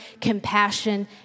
compassion